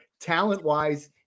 talent-wise